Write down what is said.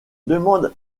demande